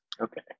Okay